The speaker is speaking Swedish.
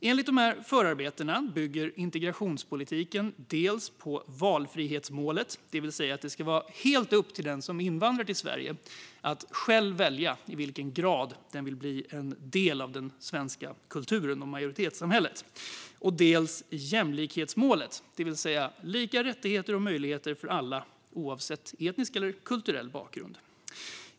Enligt förarbetena bygger integrationspolitiken på dels valfrihetsmålet, det vill säga det ska vara helt upp till den som invandrar till Sverige att själv välja i vilken grad man vill bli en del av den svenska kulturen och majoritetssamhället. Dels bygger den på jämlikhetsmålet, det vill säga lika rättigheter och möjligheter för alla oavsett etnisk eller kulturell bakgrund.